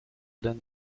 denn